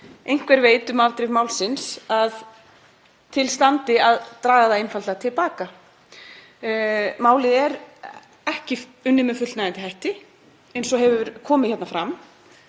einhver veit um afdrif málsins, að til standi að draga það einfaldlega til baka. Málið er ekki unnið með fullnægjandi hætti, eins og hefur komið hérna fram,